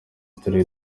turere